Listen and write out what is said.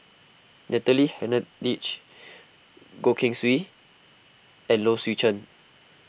Natalie Hennedige Goh Keng Swee and Low Swee Chen